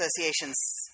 Association's